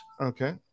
Okay